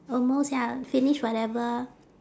almost ya finish whatever